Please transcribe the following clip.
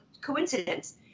coincidence